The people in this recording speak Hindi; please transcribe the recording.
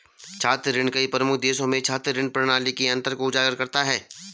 छात्र ऋण कई प्रमुख देशों में छात्र ऋण प्रणाली के अंतर को उजागर करता है